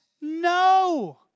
No